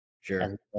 Sure